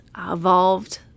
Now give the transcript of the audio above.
evolved